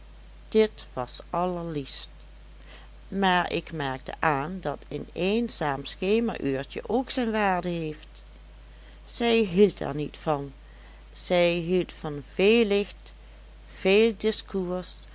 dit was allerliefst maar ik merkte aan dat een eenzaam schemeruurtje ook zijn waarde heeft zij hield er niet van zij hield van veel licht veel discours